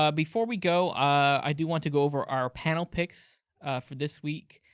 ah before we go, i do want to go over our panel picks for this week.